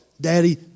Daddy